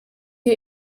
wir